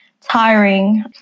tiring